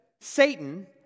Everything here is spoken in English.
Satan